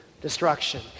destruction